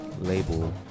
label